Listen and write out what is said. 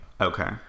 Okay